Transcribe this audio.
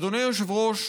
אדוני היושב-ראש,